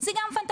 זה גם פנטסטי,